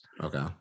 okay